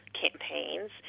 campaigns